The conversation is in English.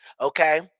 okay